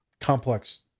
Complex